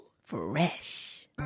Fresh